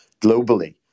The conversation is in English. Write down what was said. globally